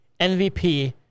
MVP